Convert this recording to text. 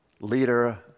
leader